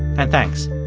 and thanks.